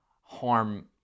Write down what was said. harm